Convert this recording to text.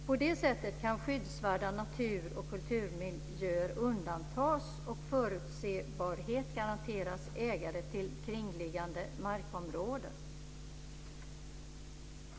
På det sättet kan skyddsvärda natur och kulturmiljöer undantas och förutsebarhet garanteras ägare till kringliggande markområden.